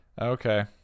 Okay